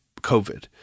COVID